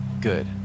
good